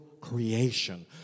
creation